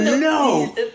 No